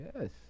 Yes